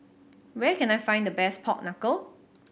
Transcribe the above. where can I find the best pork knuckle